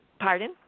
Pardon